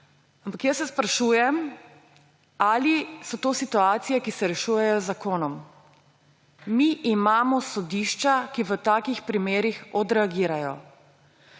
Ampak jaz se sprašujem, ali so to situacije, ki se rešujejo z zakonom. Mi imamo sodišča, ki v takih primerih odreagirajo.